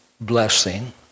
blessing